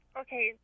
okay